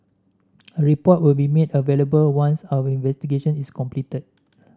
a report will be made available once our investigation is completed